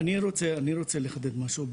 אני רוצה לחדד משהו,